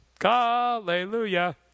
Hallelujah